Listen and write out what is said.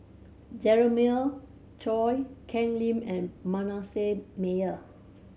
Jeremiah Choy Ken Lim and Manasseh Meyer